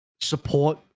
support